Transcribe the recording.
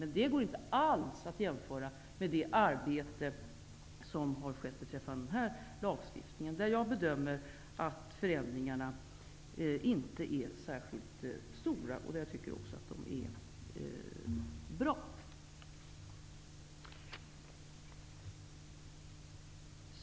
Men det går inte alls att jämföra med det arbete som har skett beträffande denna lag, där jag bedömer att förändringarna inte är särskilt stora men är bra.